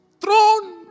throne